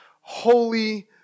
holy